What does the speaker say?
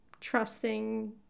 trusting